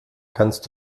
kannst